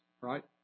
right